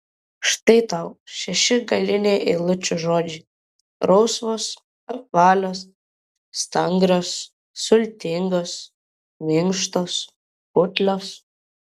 štai tau šeši galiniai eilučių žodžiai rausvos apvalios stangrios sultingos minkštos putlios